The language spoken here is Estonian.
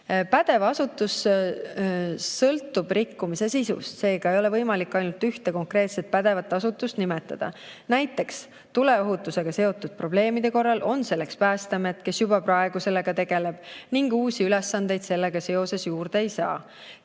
pädev asutus, sõltub rikkumise sisust, seega ei ole võimalik ainult ühte konkreetset pädevat asutust nimetada. Näiteks tuleohutusega seotud probleemide korral on selleks Päästeamet, kes juba praegu sellega tegeleb ning uusi ülesandeid sellega seoses juurde ei saa.